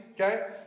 okay